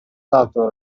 dato